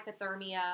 hypothermia